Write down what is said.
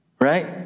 right